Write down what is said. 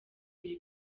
biri